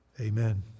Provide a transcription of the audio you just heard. Amen